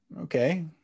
Okay